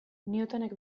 newtonek